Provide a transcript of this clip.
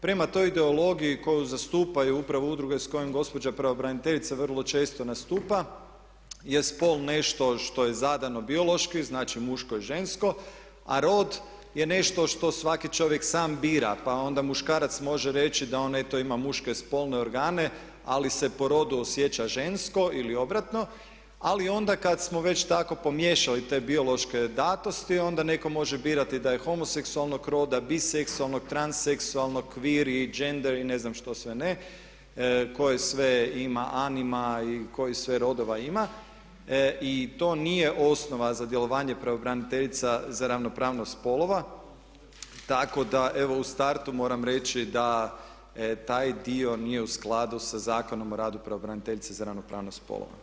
Prema toj ideologiji koju zastupaju upravo udruge s kojima gospođa pravobraniteljica vrlo često nastupa je spol nešto što je zadano biološki, znači muško i žensko a rod je nešto što svaki čovjek sam bira pa onda muškarac može reći da on eto ima muške spolne organe ali se po rodu osjeća žensko ili obratno ali onda kad smo već tako pomiješali te biološke datosti onda netko može birati da je homoseksualnog roda, biseksualnog, tran seksualno, … ne znam što sve ne koje sve ima animal i kojih sve rodova ima i to nije osnova za djelovanje pravobraniteljica za ravnopravnost spolova tako da evo u startu moram reći da taj dio nije u skladu sa zakonom o radu pravobraniteljice za ravnopravnost spolova.